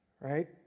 Right